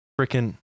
freaking